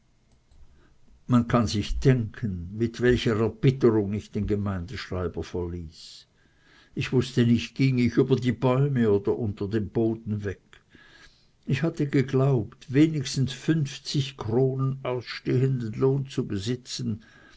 man kann sich denken mit welcher erbitterung ich den gemeindschreiber verließ ich wußte nicht ging ich über die bäume oder unter dem boden weg ich hatte geglaubt wenigstens fünfzig kronen ausstehenden lohn zu besitzen